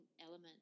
element